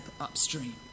upstream